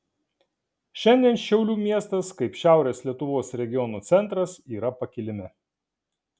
šiandien šiaulių miestas kaip šiaurės lietuvos regiono centras yra pakilime